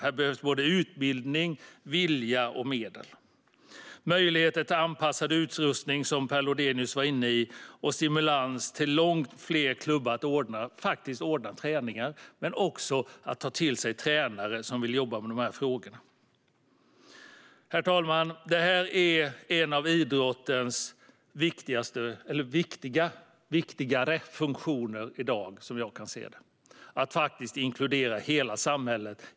Här behövs utbildning, vilja och medel, möjligheter till anpassad utrustning - det var Per Lodenius inne på - och stimulans till långt fler klubbar att ordna träning men också ta till sig tränare som vill jobba med dessa frågor. Herr talman! Det är som jag ser det en av idrottens viktigare funktioner i dag att inkludera hela samhället.